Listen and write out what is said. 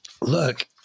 Look